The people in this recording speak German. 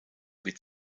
wird